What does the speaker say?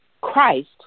Christ